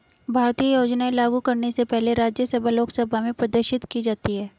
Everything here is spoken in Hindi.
भारतीय योजनाएं लागू करने से पहले राज्यसभा लोकसभा में प्रदर्शित की जाती है